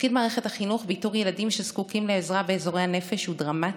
תפקיד מערכת החינוך באיתור ילדים שזקוקים לעזרה באזורי הנפש הוא דרמטי.